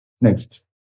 Next